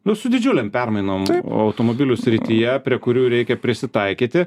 nu su didžiulėm permainom automobilių srityje prie kurių reikia prisitaikyti